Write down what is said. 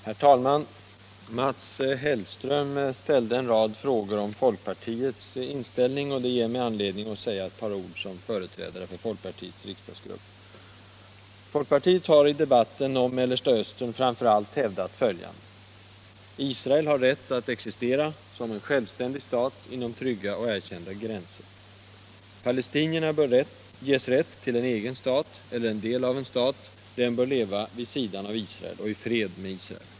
Herr talman! Mats Hellström ställde en rad frågor om folkpartiets inställning, och det ger mig anledning att säga ett par ord som företrädare för folkpartiets riksdagsgrupp. Folkpartiet har i debatten om Mellersta Östern framför allt hävdat följande: Israel har rätt att existera som självständig stat inom trygga och erkända gränser. Palestinierna bör ges rätt till en egen stat eller del av en stat. Den bör leva vid sidan av Israel, och i fred med Israel.